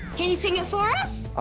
can you sing it for us?